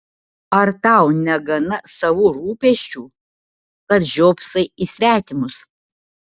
ar tau negana savų rūpesčių kad žiopsai į svetimus